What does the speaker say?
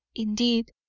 indeed,